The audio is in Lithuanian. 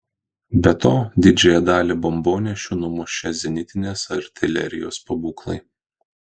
be to didžiąją dalį bombonešių numušė zenitinės artilerijos pabūklai